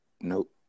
nope